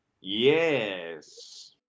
Yes